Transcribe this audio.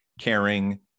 caring